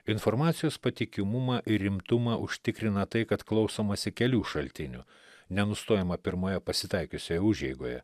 informacijos patikimumą ir rimtumą užtikrina tai kad klausomasi kelių šaltinių nenustojama pirmoje pasitaikiusioje užeigoje